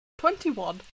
Twenty-one